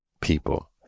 people